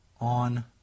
on